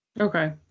Okay